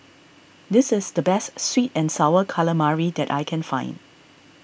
this is the best Sweet and Sour Calamari that I can find